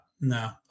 no